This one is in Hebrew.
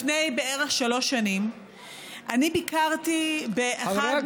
לפני בערך שלוש שנים אני ביקרתי באחד,